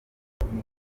ntituzi